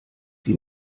die